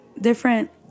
different